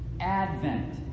Advent